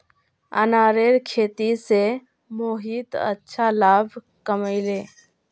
अनारेर खेती स मोहित अच्छा लाभ कमइ ले